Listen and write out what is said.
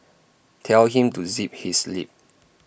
tell him to zip his lip